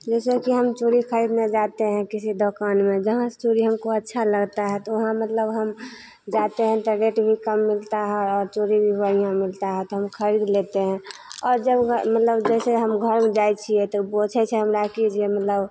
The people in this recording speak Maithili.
जइसेकि हम चूड़ी खरीदने जाते हैं किसी दोकान में जहाँ चूड़ी हमको अच्छा लगता है तऽ वहाँ मतलब हम जाते हैं तब रेट भी कम मिलता है और चूड़ी भी बढ़ियाँ मिलता है तब खरीद लेते हैं आओर जब मतलब जइसे हम घरमे जाइ छिए तऽ पुछै छै हमरा कि जे मतलब